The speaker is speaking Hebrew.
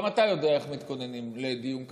גם אתה יודע איך מתכוננים לדיון כזה,